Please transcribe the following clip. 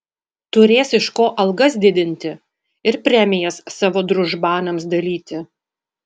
turės iš ko algas didinti ir premijas savo družbanams dalyti